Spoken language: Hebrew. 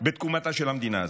מתקומתה של המדינה הזאת.